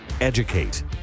educate